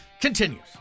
continues